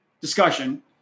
discussion